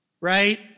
Right